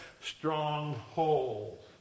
strongholds